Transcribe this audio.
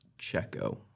Checo